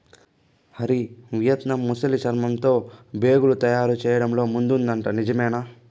Hari, Vietnam ముసలి చర్మంతో బేగులు తయారు చేయడంతో ముందుందట నిజమేనా